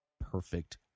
perfect